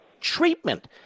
treatment